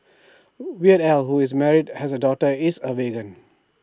Weird al who is married and has A daughter is A vegan